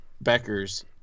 Becker's